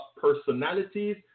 personalities